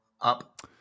up